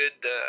good